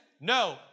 No